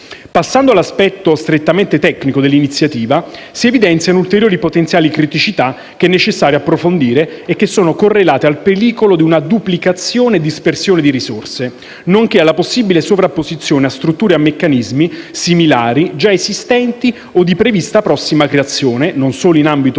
Passando all'aspetto strettamente tecnico dell'iniziativa, si evidenziano ulteriori potenziali criticità che è necessario approfondire e che sono correlate al pericolo di una duplicazione e dispersione di risorse, nonché alla possibile sovrapposizione a strutture e a meccanismi similari già esistenti o di prevista prossima creazione non solo in ambito